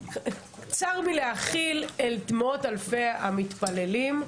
צר מלהכיל את מאות אלפי המתפללים.